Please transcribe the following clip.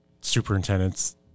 superintendents